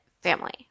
family